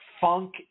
funk